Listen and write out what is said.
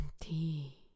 tea